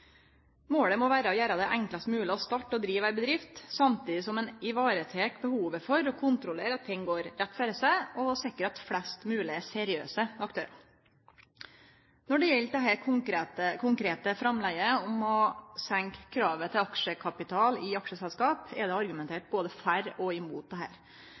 Målet må vere å gjere det enklast mogleg å starte og drive ei bedrift, samstundes som ein tek vare på behovet for å kontrollere at ting går rett føre seg og sikrar at flest mogleg er seriøse aktørar. Når det gjeld dette konkrete framlegget om å senke kravet til aksjekapital i aksjeselskap, er det argumentert både for og imot